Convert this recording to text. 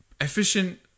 efficient